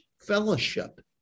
fellowship